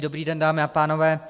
Dobrý den, dámy a pánové.